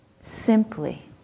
simply